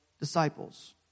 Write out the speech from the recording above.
disciples